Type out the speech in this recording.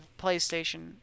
playstation